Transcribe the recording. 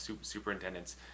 superintendents